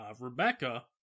Rebecca